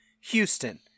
Houston